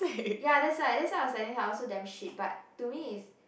ya that's why that's why I was telling her I also damn shit but to me is